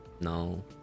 No